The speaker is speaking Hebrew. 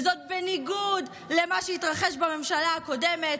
וזה בניגוד למה שהתרחש בממשלה הקודמת,